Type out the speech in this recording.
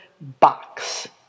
box